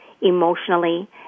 emotionally